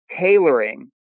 tailoring